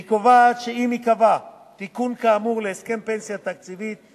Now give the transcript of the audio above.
והיא קובעת שאם ייקבע תיקון כאמור להסכם פנסיה תקציבית,